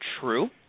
true